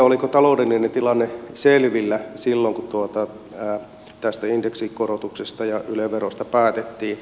oliko taloudellinen tilanne selvillä silloin kun tästä indeksikorotuksesta ja yle verosta päätettiin